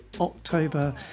October